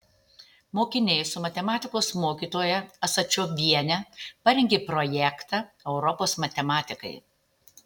mokiniai su matematikos mokytoja asačioviene parengė projektą europos matematikai